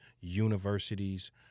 universities